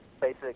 basic